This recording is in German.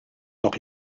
noch